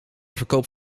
verkoop